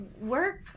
work